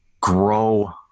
grow